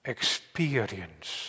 Experience